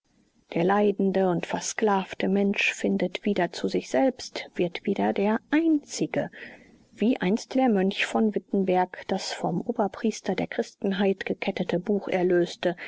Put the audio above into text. der leidende und versklavte mensch findet wieder zu sich selbst wird wieder der einzige wie einst der mönch von wittenberg das vom oberpriester der christenheit gekettete buch erlöste